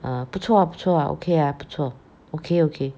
err 不错不错 ah okay ah 不错 okay okay